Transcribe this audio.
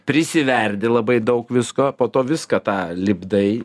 prisiverdi labai daug visko po to viską tą lipdai